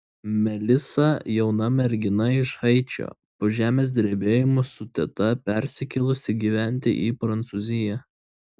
melisa jauna mergina iš haičio po žemės drebėjimo su teta persikėlusi gyventi į prancūziją